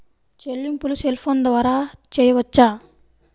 చెల్లింపులు cell phone ద్వారా చేయవచ్చా?